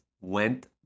went